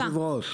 פרנסה.